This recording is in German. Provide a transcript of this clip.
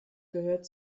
gehört